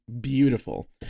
beautiful